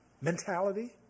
mentality